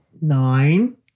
Nine